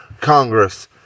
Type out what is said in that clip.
Congress